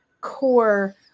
core